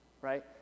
right